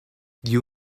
you